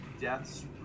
deaths